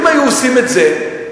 אם היו עושים את זה,